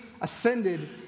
ascended